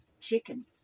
chickens